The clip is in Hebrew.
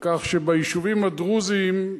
על כך שביישובים הדרוזיים,